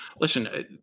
listen